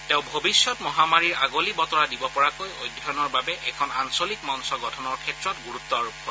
তেওঁ ভৱিষ্যত মহামাৰীৰ আগলি বতৰা দিবপৰাকৈ অধ্যয়নৰ বাবে এখন আঞ্চলিক মঞ্চ গঠনৰ ক্ষেত্ৰত গুৰুত্ব আৰোপ কৰে